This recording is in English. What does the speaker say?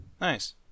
Nice